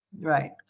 Right